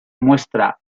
muestra